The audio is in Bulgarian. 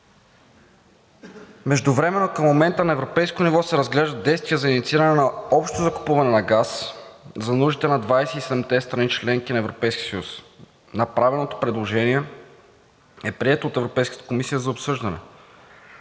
Междувременно към момента на европейско ниво се разглеждат действия за иницииране на общо закупуване на газ за нуждите на 27 те страни – членки на Европейския съюз. Направеното предложение е прието от Европейската комисия за обсъждане.